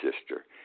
sister